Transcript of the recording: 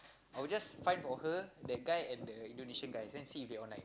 I will just find for her the guy and the Indonesian guy then see if they online